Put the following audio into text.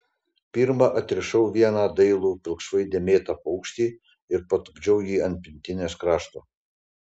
pirma atrišau vieną dailų pilkšvai dėmėtą paukštį ir patupdžiau jį ant pintinės krašto